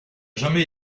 jamais